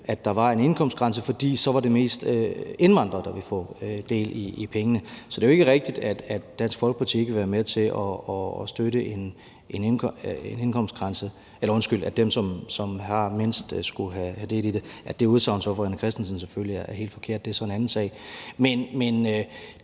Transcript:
at der var en indkomstgrænse, for så var det mest indvandrere, der ville få del i pengene. Så det er jo ikke rigtigt, at Dansk Folkeparti ikke ville være med til at støtte, at dem, som har mindst, skulle have del i det. At det udsagn fra hr. René Christensen så selvfølgelig er helt forkert, er en anden sag. Men